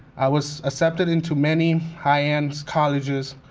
i was accepted into many high-end colleges,